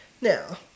Now